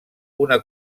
una